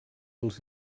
els